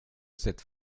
cette